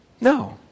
No